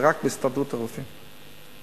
זה רק הסתדרות הרופאים,